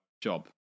job